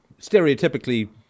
stereotypically